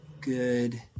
Good